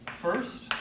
First